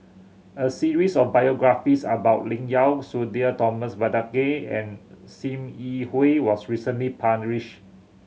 a series of biographies about Lim Yau Sudhir Thomas Vadaketh and Sim Yi Hui was recently